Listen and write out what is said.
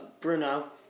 Bruno